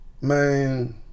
man